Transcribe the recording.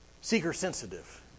seeker-sensitive